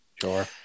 Sure